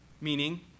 Meaning